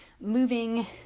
moving